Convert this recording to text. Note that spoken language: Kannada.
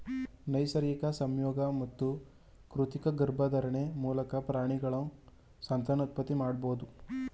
ನೈಸರ್ಗಿಕ ಸಂಯೋಗ ಮತ್ತು ಕೃತಕ ಗರ್ಭಧಾರಣೆ ಮೂಲಕ ಪ್ರಾಣಿಗಳು ಸಂತಾನೋತ್ಪತ್ತಿ ಮಾಡಬೋದು